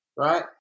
Right